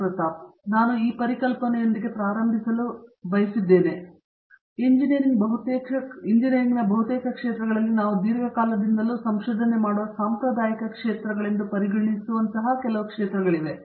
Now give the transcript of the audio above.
ಪ್ರತಾಪ್ ಹರಿಡೋಸ್ ಆದ್ದರಿಂದ ನಾನು ಈ ಪರಿಕಲ್ಪನೆಯೊಂದಿಗೆ ಪ್ರಾರಂಭಿಸಲು ಬಯಸಿದ್ದೇನೆ ಎಂಜಿನಿಯರಿಂಗ್ ಬಹುತೇಕ ಕ್ಷೇತ್ರಗಳಲ್ಲಿ ನಾವು ದೀರ್ಘಕಾಲದಿಂದಲೂ ಸಂಶೋಧನೆ ಮಾಡುವ ಸಾಂಪ್ರದಾಯಿಕ ಕ್ಷೇತ್ರಗಳೆಂದು ಪರಿಗಣಿಸುವಂತಹ ಕೆಲವು ಕ್ಷೇತ್ರಗಳಿವೆ